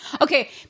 okay